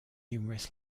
numerous